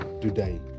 today